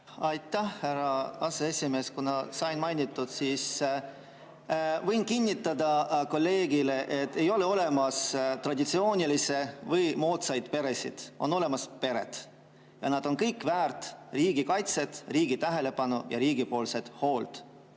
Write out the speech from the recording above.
Aitäh, härra aseesimees! Kuna mind sai mainitud, siis võin kinnitada kolleegile, et ei ole olemas traditsioonilisi või moodsaid peresid. On olemas pered ja nad on kõik väärt riigi kaitset, riigi tähelepanu ja riigi hoolt.